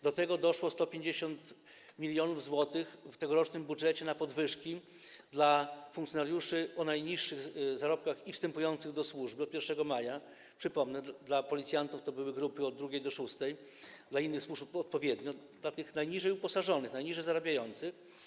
Do tego doszło 150 mln zł w tegorocznym budżecie na podwyżki dla funkcjonariuszy o najniższych zarobkach i wstępujących do służby od 1 maja - przypomnę, dla policjantów to były grupy od II do VI, dla innych służb odpowiednio - dla tych najniżej uposażonych, najniżej zarabiających.